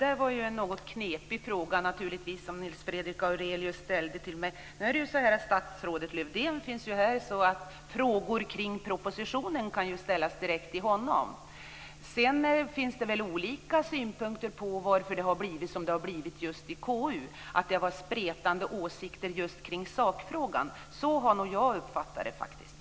Fru talman! Den fråga som Nils Fredrik Aurelius ställde till mig var något knepig, men statsrådet Lövdén finns ju här, så frågor om propositionen kan ställas direkt till honom. Det finns väl olika synpunkter på varför det har blivit som det har blivit just i KU. Jag har uppfattat det så att det har varit spretande åsikter i sakfrågan.